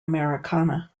americana